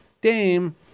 Dame